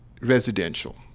residential